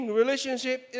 relationship